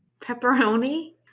pepperoni